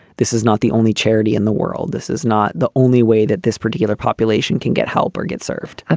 this is. not the only charity in the world, this is not the only way that this particular population can get help or get served. ah